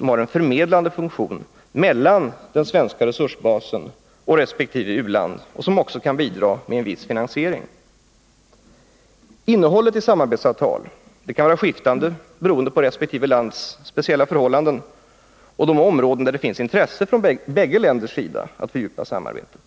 med en förmedlande funktion mellan den svenska resursbasen och resp. u-land och som också kan bidra med en viss finansiering. Innehållet i samarbetsavtal kan vara skiftande beroende på resp. lands speciella förhållanden och på de områden där bägge länder har ett intresse av att fördjupa samarbetet.